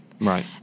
Right